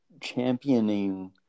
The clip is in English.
championing